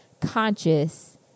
conscious